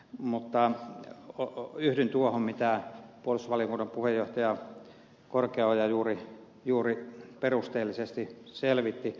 mutta yhdyn tuohon mitä puolustusvaliokunnan puheenjohtaja korkeaoja juuri perusteellisesti selvitti